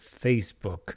Facebook